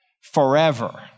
forever